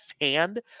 hand